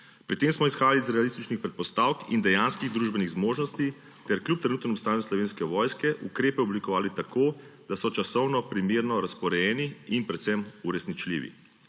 Pri tem smo izhajali iz realističnih predpostavk in dejanskih družbenih zmožnosti ter kljub trenutnemu stanju Slovenske vojske ukrepe oblikovali tako, da so časovno primerno razporejeni in predvsem uresničljivi.